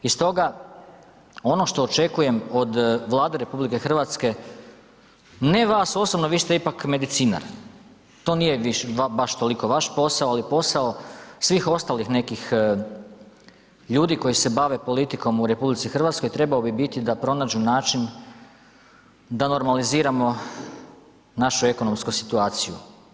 I stoga ono što očekujem od Vlade RH, ne vas osobno, vi ste ipak medicinar, to nije baš toliko vaš posao, ali posao svih ostalih nekih ljudi koji se bave politikom u RH trebao bi biti da pronađu način da normaliziramo našu ekonomsku situaciju.